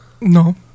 no